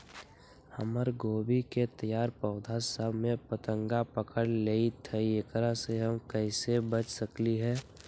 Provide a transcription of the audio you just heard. हमर गोभी के तैयार पौधा सब में फतंगा पकड़ लेई थई एकरा से हम कईसे बच सकली है?